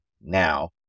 now